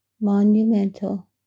monumental